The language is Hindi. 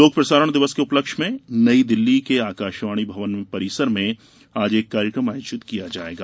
लोक प्रसारण दिवस के उपलक्ष्य में नई दिल्ली के आकाशवाणी भवन परिसर में आज एक कार्यक्रम आयोजित किया जाएगा